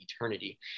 eternity